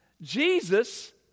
Jesus